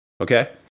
Okay